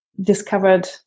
discovered